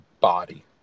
body